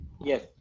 Yes